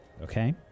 Okay